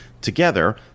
Together